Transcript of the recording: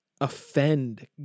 offend